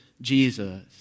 Jesus